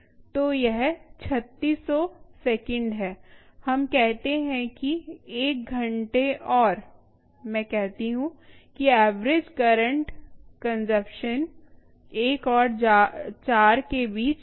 तो यह 3600 सेकंड है हम कहते हैं कि एक घंटे और मैं कहती हूँ कि एवरेज करंट कंजम्पशन 1 और 4 के बीच कहीं भी है